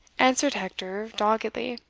answered hector, doggedly.